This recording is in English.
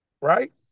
right